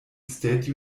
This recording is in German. state